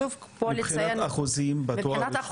מבחינת אחוזים בתואר ראשון?